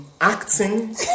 acting